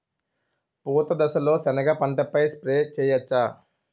పూత దశలో సెనగ పంటపై స్ప్రే చేయచ్చా?